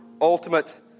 ultimate